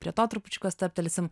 prie to trupučiuką stabtelsim